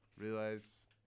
realize